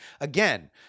Again